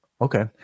Okay